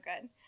good